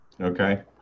okay